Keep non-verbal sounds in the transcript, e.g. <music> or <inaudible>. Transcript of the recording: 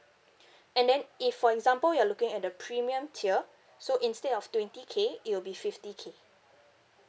<breath> and then if for example you're looking at the premium tier so instead of twenty K it will be fifty K